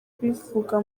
bivuga